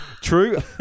True